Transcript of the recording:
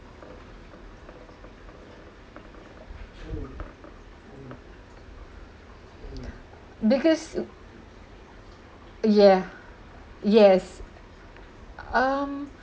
because yeah yes um